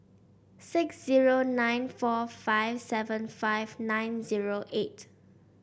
six zero nine four five seven five nine zero eight